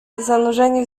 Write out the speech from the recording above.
zanurzeni